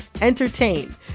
entertain